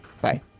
bye